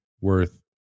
worth